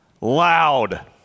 Loud